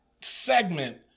segment